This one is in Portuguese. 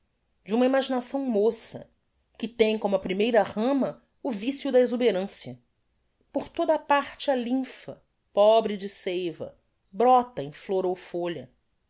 de uma imaginação moça que tem como a primeira rama o vicio da exhuberancia por toda a parte a limpha pobre de seiva brota em flor ou folha